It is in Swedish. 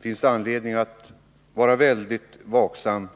Det finns anledning att vara mycket vaksam när det gäller minskningen av personalen vid SJ.